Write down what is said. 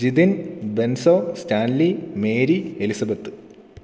Jithin Benzo Stanley Mary Elizabeth